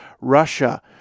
Russia